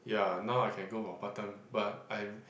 ya now I can go for part time but I